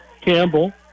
Campbell